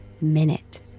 minute